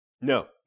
No